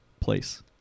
Place